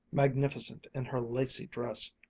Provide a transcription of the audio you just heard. magnificent in her lacy dress,